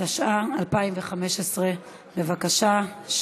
התשע"ה 2015. בבקשה,